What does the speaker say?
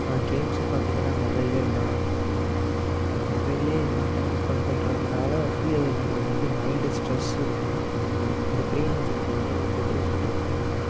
கேம்ஸும் பார்த்தீங்கன்னா மொபைல்லேயே விளையாட்றாங்க அது மொபைல்லேயே எல்லா டைமும் ஸ்பெண்ட் பண்ணுறதுனால வந்து நம்மளுக்கு வந்து மைண்டு ஸ்ட்ரெஸ்ஸு இருக்கும் ஒரு ஃப்ரீனெஸ் இருக்காது ஒரு டிப்ரெஸ்ஸன் இருக்கும்